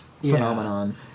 phenomenon